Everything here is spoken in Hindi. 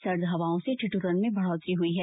सर्द हवाओं से ठिद्रन में बढ़ोतरी हई है